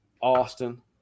Austin –